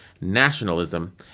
nationalism